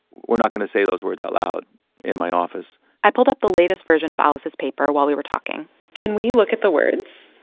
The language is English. we're not going to say those words out loud in my office i pulled up the latest version of alice's paper while we were talking can we look at the words?